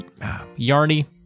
Yarny